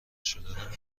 شدنم